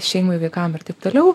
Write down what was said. šeimai vaikam ir taip toliau